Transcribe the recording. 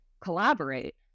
collaborate